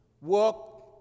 work